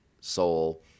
soul